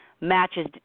matches